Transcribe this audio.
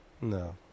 No